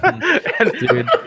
dude